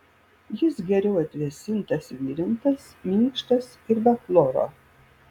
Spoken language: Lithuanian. jis geriau atvėsintas virintas minkštas ir be chloro